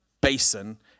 basin